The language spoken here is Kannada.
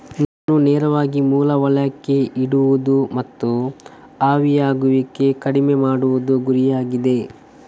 ನೀರನ್ನು ನೇರವಾಗಿ ಮೂಲ ವಲಯಕ್ಕೆ ಇಡುವುದು ಮತ್ತು ಆವಿಯಾಗುವಿಕೆ ಕಡಿಮೆ ಮಾಡುವುದು ಗುರಿಯಾಗಿದೆ